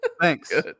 Thanks